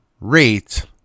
rate